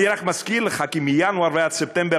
אני רק מזכיר לך כי מינואר ועד ספטמבר